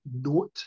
note